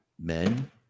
men